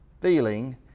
feeling